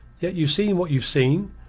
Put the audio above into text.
yet you've seen what you've seen,